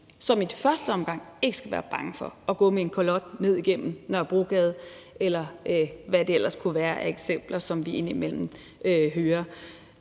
så man i første omgang ikke skal være bange for at gå med en kalot ned igennem Nørrebrogade, eller hvad der ellers kunne være af eksempler, som vi indimellem hører